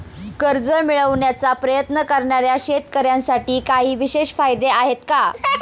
कर्ज मिळवण्याचा प्रयत्न करणाऱ्या शेतकऱ्यांसाठी काही विशेष फायदे आहेत का?